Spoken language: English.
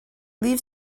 leaves